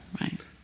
Right